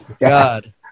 God